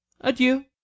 adieu